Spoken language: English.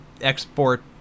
export